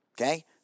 Okay